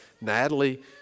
Natalie